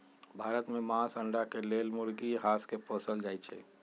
भारत में मास, अण्डा के लेल मुर्गी, हास के पोसल जाइ छइ